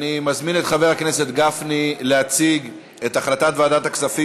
אני מזמין את חבר הכנסת גפני להציג את הצעת ועדת הכספים